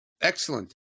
Excellent